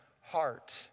heart